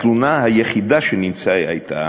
התלונה היחידה שנמצאה הייתה